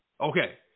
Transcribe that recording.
Okay